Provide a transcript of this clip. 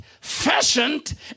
fashioned